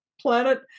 planet